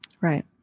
Right